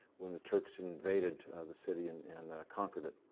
when the turks invaded the city and and conquered it.